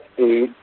eight